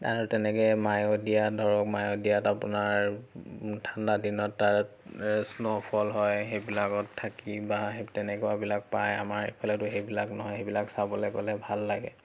আৰু তেনেকৈ মায়'দিয়াত ধৰক মায়'দিয়াত আপোনাৰ ঠাণ্ডা দিনত তাত শ্ন'ফল হয় সেইবিলাকত থাকি বা সে তেনেকুৱাবিলাক পাই আমাৰ এইফালেতো সেইবিলাক নহয় সেইবিলাক চাবলৈ গ'লে ভাল লাগে